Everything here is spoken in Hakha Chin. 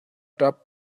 ṭap